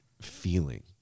feeling